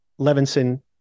Levinson